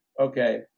Okay